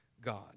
God